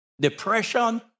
Depression